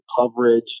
coverage